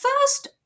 first